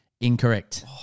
Incorrect